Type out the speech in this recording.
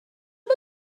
but